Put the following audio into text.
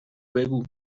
بگو